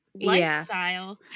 lifestyle